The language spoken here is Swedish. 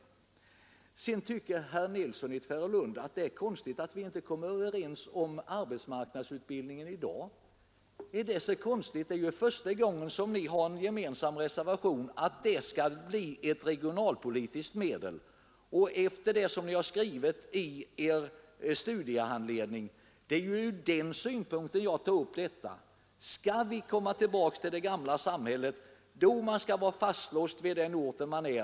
Vidare tyckte herr Nilsson i Tvärålund att det var konstigt att vi inte kom överens om arbetsmarknadsutbildningen i dag — men är det så konstigt? Det är ju första gången ni har en gemensam reservation om att arbetsmarknadsutbildningen skall bli ett regionalpolitiskt medel. Det är också vad ni har skrivit i er studiehandledning. Det var från den synpunkten jag tog upp denna fråga. Skall vi komma tillbaka till det gamla samhället, då man var fastlåst vid den ort där man bodde?